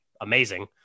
amazing